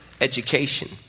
Education